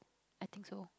I think so